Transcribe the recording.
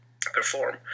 perform